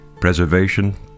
preservation